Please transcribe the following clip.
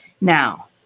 Now